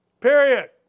period